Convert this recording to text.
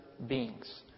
beings